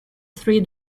three